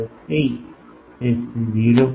03 તેથી 0